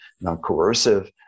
non-coercive